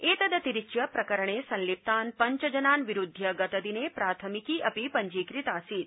एतदतिरिच्य प्रकरणे संलिप्तान् पञ्चजनान् विरूद्वय गतदिने प्राथमिकी अपि पंजीकृतासीत्